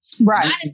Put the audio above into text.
Right